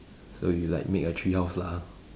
so you like make a tree house lah